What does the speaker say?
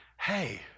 hey